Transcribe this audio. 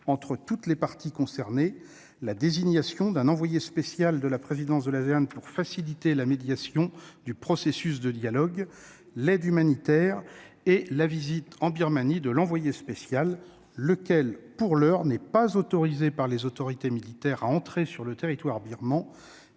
entre toutes les parties concernées, la désignation d'un envoyé spécial de la présidence de l'Asean pour faciliter la médiation du processus de dialogue, l'aide humanitaire, et enfin la visite en Birmanie de l'envoyé spécial, lequel n'est pour l'heure pas autorisé par les autorités militaires à entrer sur le territoire birman,